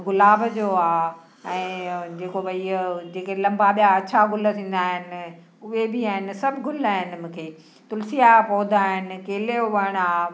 गुलाब जो आहे ऐं जेको भई इहो जेके लंबा ॿिया अछा गुल थींदा आहिनि उहे बि आहिनि सभु गुल आहिनि मूंखे तुलसीअ जा पौधा आहिनि केले जो वणु आहे